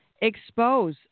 expose